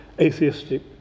atheistic